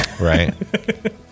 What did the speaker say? right